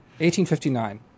1859